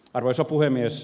arvoisa puhemies